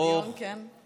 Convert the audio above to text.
היה דיון, כן?